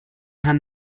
herrn